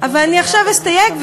אבל אני עכשיו אסתייג,